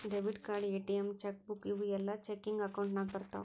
debit card, ATM, cheque book ಇವೂ ಎಲ್ಲಾ checking account ನಾಗ್ ಬರ್ತಾವ್